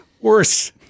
Worse